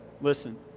listen